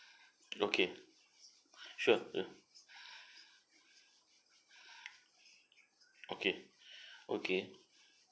okay sure ya okay okay